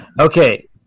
Okay